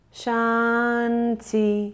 shanti